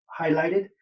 highlighted